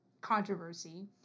controversy